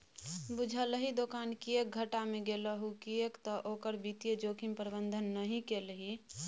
बुझलही दोकान किएक घाटा मे गेलहु किएक तए ओकर वित्तीय जोखिम प्रबंधन नहि केलही